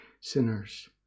sinners